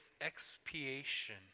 expiation